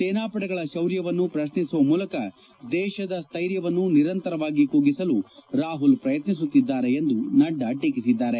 ಸೇನಾ ಪಡೆಗಳ ಶೌರ್ಯವನ್ನು ಪ್ರಶ್ನಿಸುವ ಮೂಲಕ ದೇಶದ ಸ್ಟೈರ್ಯವನ್ನು ನಿರಂತರವಾಗಿ ಕುಗ್ಗಿಸಲು ಪ್ರಯತ್ನಿಸುತ್ತಿದ್ದಾರೆ ಎಂದು ನಡ್ಡಾ ಟೀಕಿಸಿದ್ದಾರೆ